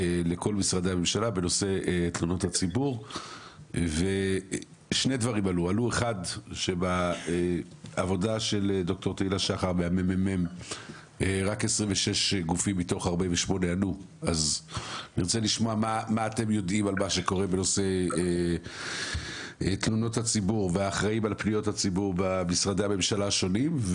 בנושא תלונות הציבור והאחראים על פניות הציבור במשרדי הממשלה השונים.